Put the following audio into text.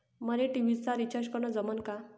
मले टी.व्ही चा रिचार्ज करन जमन का?